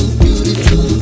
beautiful